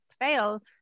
fail